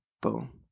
Boom